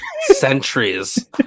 centuries